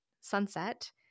sunset